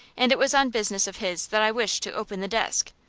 and it was on business of his that i wished to open the desk.